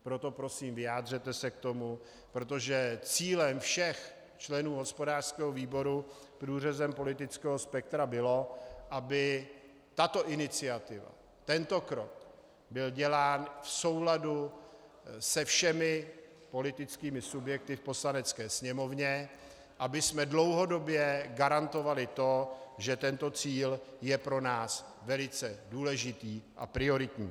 Proto prosím, vyjádřete se k tomu, protože cílem všech členů hospodářského výboru průřezem politického spektra bylo, aby tato iniciativa, tento krok byl dělán v souladu se všemi politickými subjekty v Poslanecké sněmovně, abychom dlouhodobě garantovali to, že tento cíl je pro nás velice důležitý a prioritní.